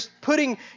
putting